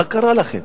מה קרה לכם?